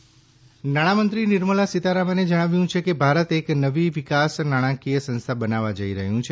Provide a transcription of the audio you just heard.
Sitharaman NDB નાણામંત્રી નિર્મળા સીતારમણે જણાવ્યું છે કે ભારત એક નવી વિકાસ નાણાંકીય સંસ્થા બનાવવા જઇ રહયું છે